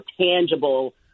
tangible